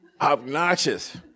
obnoxious